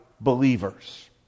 believers